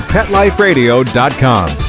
PetLifeRadio.com